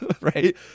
right